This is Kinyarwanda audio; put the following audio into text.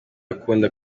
akunda